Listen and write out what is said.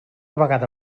vegada